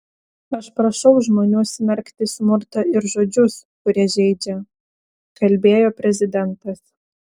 aš prašau žmonių smerkti smurtą ir žodžius kurie žeidžia kalbėjo prezidentas